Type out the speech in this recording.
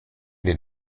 den